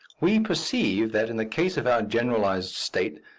we perceive that, in the case of our generalized state,